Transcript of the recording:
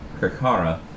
Kakara